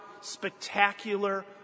spectacular